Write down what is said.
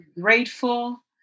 grateful